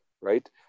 Right